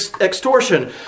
extortion